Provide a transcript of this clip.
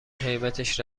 هیبتش